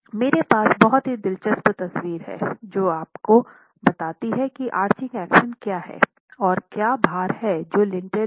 मेरे पास बहुत ही दिलचस्प तस्वीर है जो आपको बताती है कि आर्चिंग एक्शन क्या है और क्या भार हैं जो लिंटेल ले जाएगा